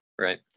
Right